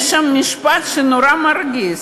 יש שם משפט נורא מרגיז: